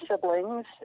siblings